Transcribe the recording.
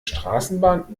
straßenbahn